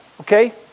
Okay